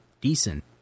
decent